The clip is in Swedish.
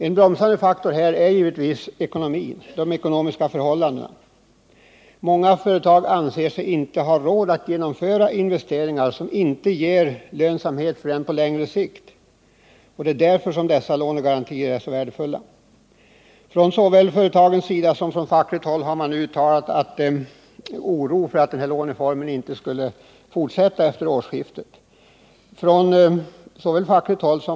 En bromsande faktor är givetvis de ekonomiska förhållandena. Många företag anser sig inte ha råd att genomföra investeringar som inte ger lönsamhet förrän på längre sikt. Det är därför som dessa lånegarantier är så värdefulla. Från såväl företagens sida som från fackligt håll har man nu uttalat oro för att denna låneform inte skulle komma att fortsätta efter årsskiftet.